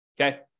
okay